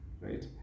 right